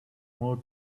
more